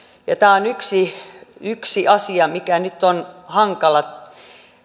ja tämä on yksi asia mikä nyt on hankala